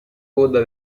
coda